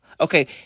Okay